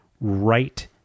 right